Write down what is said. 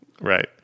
Right